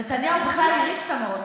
נתניהו בכלל הריץ את המרוץ.